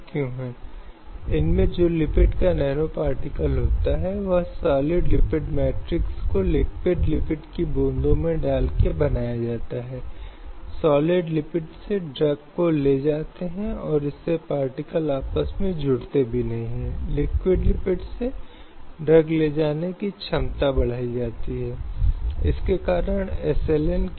प्रतिबंधों के बावजूद हम इस तथ्य से अवगत हैं कि समाज में बंधुआ मजदूरी का अस्तित्व है भारी संख्या में महिलाओं की मानव तस्करी का अस्तित्व है जहां विभिन्न राज्यों से महिलाओं की तस्करी की जाती है विभिन्न राज्यों से राष्ट्र और अन्य गतिविधियों में से एक में उपयोग किए जाते हैं जो अवैध हैं